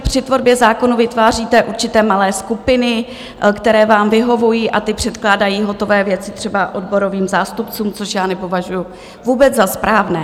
Při tvorbě zákonů vytváříte určité malé skupiny, které vám vyhovují, a ty předkládají hotové věci třeba odborovým zástupcům, což nepovažuju vůbec za správné.